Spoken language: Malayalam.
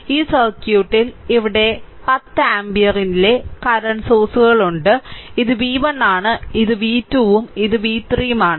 ഈ സർക്യൂട്ടിൽ ഇവിടെ 10 ആമ്പിയറിന്റെ നിലവിലെ ഉറവിടങ്ങളുണ്ട് ഇത് v1 ആണ് ഇത് v2 ഉം ഇത് v 3 ഉം ആണ്